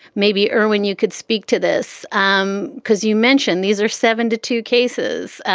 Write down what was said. maybe, erwin, you could speak to this um because you mentioned these are seven to two cases.